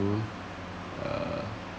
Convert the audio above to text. to uh